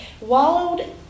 wallowed